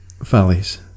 valleys